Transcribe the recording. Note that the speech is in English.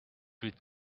would